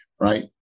right